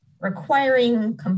requiring